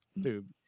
Dude